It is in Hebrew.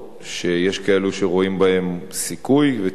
שיש כאלה שרואים בהן סיכוי ותקווה